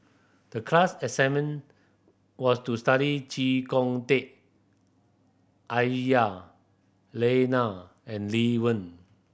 the class assignment was to study Chee Kong Tet Aisyah Lyana and Lee Wen